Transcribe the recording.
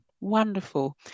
Wonderful